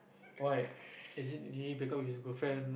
why is it the because of his girlfriend